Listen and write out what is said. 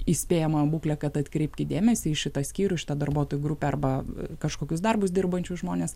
įspėjamąją būklę kad atkreipkit dėmesį į šitą skyrių į šitą darbuotojų grupę arba kažkokius darbus dirbančius žmones